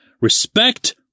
Respect